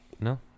No